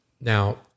now